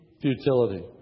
futility